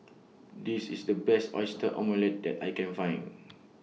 This IS The Best Oyster Omelette that I Can Find